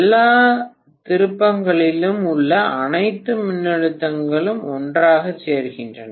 எல்லா திருப்பங்களிலும் உள்ள அனைத்து மின்னழுத்தங்களும் ஒன்றாகச் சேர்க்கின்றன